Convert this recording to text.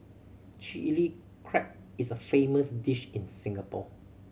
Chilli Crab is a famous dish in Singapore